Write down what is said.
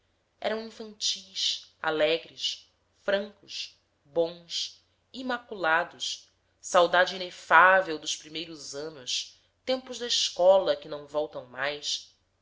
patifes eram infantis alegres francos bons imaculados saudade inefável dos primeiros anos tempos da escola que não voltam mais